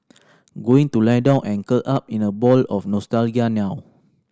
going to lie down and curl up in a ball of nostalgia now